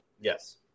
yes